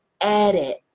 edit